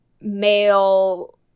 male